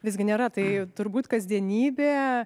visgi nėra tai turbūt kasdienybė